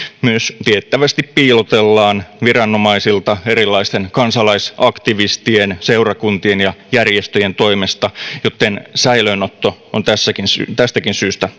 myös tiettävästi piilotellaan viranomaisilta erilaisten kansalaisaktivistien seurakuntien ja järjestöjen toimesta joten säilöönotto on tästäkin syystä tästäkin syystä